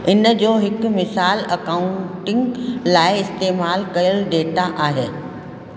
इन जो हिकु मिसाल अकाउंटिंग लाइ इस्तेमालु कयल डेटा आहे